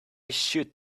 should